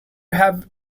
have